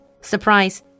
surprise